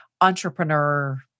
entrepreneur